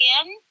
again